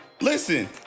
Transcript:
listen